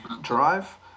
drive